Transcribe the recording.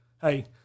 hey